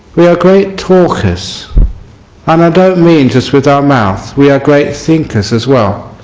we are great talkers and i don't mean just with our mouths we are great thinkers as well.